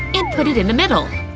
and put it in the middle